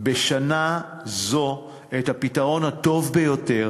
בשנה זו את הפתרון הטוב ביותר,